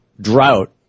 drought